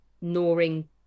gnawing